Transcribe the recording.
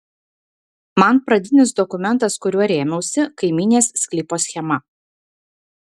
man pradinis dokumentas kuriuo rėmiausi kaimynės sklypo schema